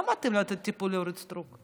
לא מתאים לו לתת טיפול לאורית סטרוק.